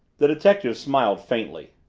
the detective smiled faintly.